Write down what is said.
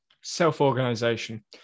Self-organization